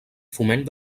foment